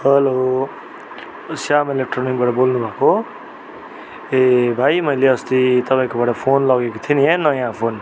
hello Shyam इलोक्ट्रोनिकबाट बोल्नुभएको हो ए भाइ मैले अस्ति तपाईँकोबाट फोन लगेको थिएँ नि नयाँ फोन